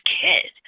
kid